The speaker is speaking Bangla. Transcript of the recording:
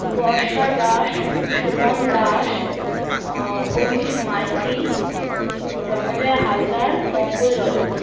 বর্ষা দাস সুমন দাস অভিজিৎ মাইতি রণজয় হালদার পঙ্কজ রজক